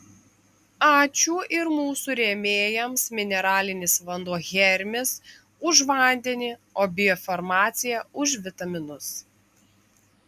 ačiū ir mūsų rėmėjams mineralinis vanduo hermis už vandenį o biofarmacija už vitaminus